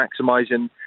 maximising